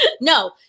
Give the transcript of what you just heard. No